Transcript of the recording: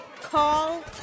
Call